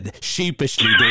sheepishly